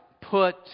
put